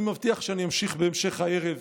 אני מבטיח שאני אמשיך בהמשך הערב,